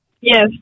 Yes